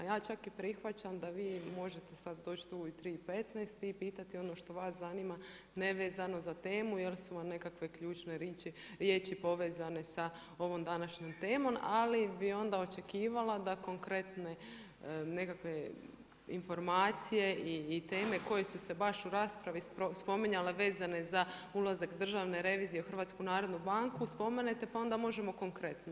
Ja čak i prihvaćam da vi možete sada doći tu u 3 i 15 i pitati ono što vas zanima nevezano za temu jer su vam nekakve ključne riječi povezane sa ovom današnjom temom, ali bi onda očekivala da konkretne informacije i teme koje su se baš u raspravi spominjale vezane za ulazak Državne revizije u HNB spomenete pa onda možemo konkretno.